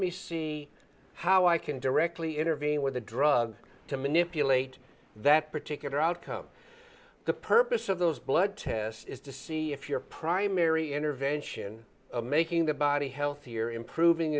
me see how i can directly intervene with the drugs to manipulate that particular outcome the purpose of those blood tests is to see if your primary intervention making the body healthier improving